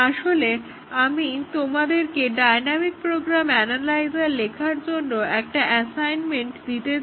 আসলে আমি তোমাদেরকে ডায়নামিক প্রোগ্রাম এনালাইজার লেখার জন্য একটা এসাইনমেন্ট দিতে চাই